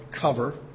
cover